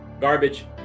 garbage